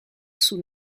sous